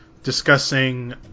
discussing